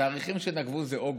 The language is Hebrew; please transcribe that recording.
התאריכים שנקבו הם אוגוסט.